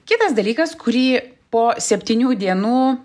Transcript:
kitas dalykas kurį po septynių dienų